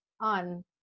on